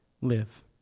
live